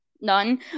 none